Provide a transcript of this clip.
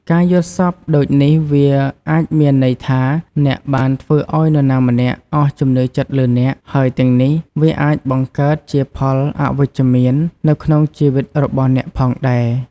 ការយល់សប្តិដូចនេះ វាអាចមានន័យថា អ្នកបានធ្វើឲ្យនរណាម្នាក់ អស់ជំនឿចិត្តលើអ្នក ហើយទាំងនេះ វាអាចបង្កើតជាផលអវិជ្ជមាន នៅក្នុងជីវិតរបស់អ្នកផងដែរ។